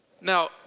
Now